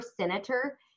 senator